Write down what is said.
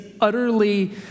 utterly